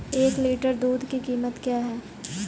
एक लीटर दूध की कीमत क्या है?